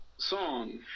song